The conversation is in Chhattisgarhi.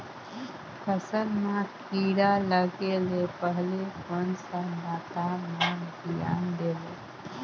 फसल मां किड़ा लगे ले पहले कोन सा बाता मां धियान देबो?